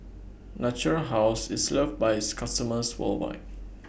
Natura House IS loved By its customers worldwide